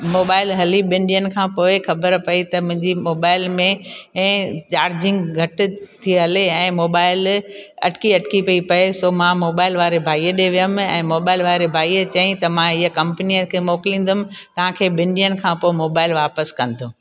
mobile हली बिनि ॾींहनि खां पोइ ख़बर पई त मुंहिंजी मोबाइल में ऐं चार्जिंग घटि थी हले ऐं मोबाइल अटकी अटकी पई पए सो मां मोबाइल वारे भाईअ ॾिए वयमि ऐं मोबाइल वारे भाईअ चंई त मां ईअ कंपनीअ खे मोकलिंदुमि तव्हांखे बिनि ॾींहनि खां पोइ मोबाइल वापिसि कंदुमि